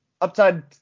upside